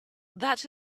that